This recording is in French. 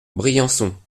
briançon